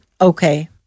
okay